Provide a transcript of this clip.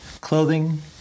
clothing